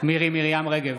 מירי מרים רגב,